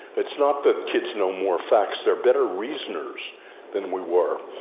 it's not that kids know more facts. they're better reasoners than we were.